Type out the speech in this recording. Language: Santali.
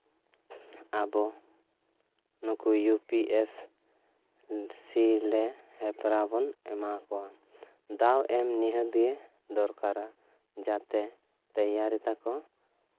ᱟᱵᱚ ᱱᱩᱠᱩ ᱤᱭᱩ ᱯᱤ ᱮᱥ ᱥᱤ ᱨᱮ ᱦᱮᱯᱨᱟᱣ ᱵᱚᱱ ᱮᱢᱟ ᱠᱚᱣᱟ ᱫᱟᱣ ᱮᱢ ᱱᱤᱦᱟᱹᱛ ᱜᱮ ᱫᱚᱨᱠᱟᱨᱟ ᱡᱟᱛᱮ ᱛᱮᱭᱟᱨᱤ ᱛᱟᱠᱚ